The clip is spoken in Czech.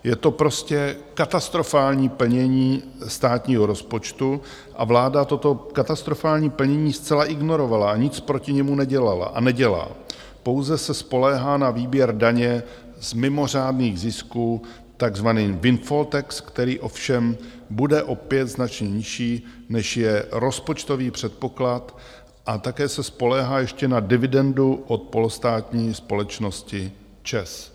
Je to prostě katastrofální plnění státního rozpočtu a vláda toto katastrofální plnění zcela ignorovala a nic proti němu nedělala a nedělá, pouze se spoléhá na výběr daně z mimořádných zisků, takzvaný windfall tax, který ovšem bude opět značně nižší, než je rozpočtový předpoklad, a také se spoléhá ještě na dividendu od polostátní společnosti ČEZ.